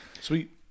sweet